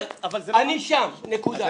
אבל --- אני שם, נקודה.